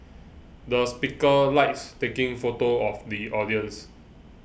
the speaker likes taking photos of the audience